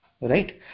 right